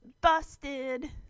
busted